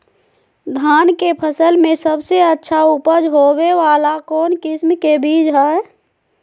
धान के फसल में सबसे अच्छा उपज होबे वाला कौन किस्म के बीज हय?